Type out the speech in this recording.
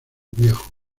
viejo